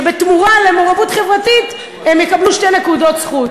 שבתמורה למעורבות חברתית הם יקבלו שתי נקודות זכות.